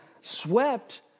swept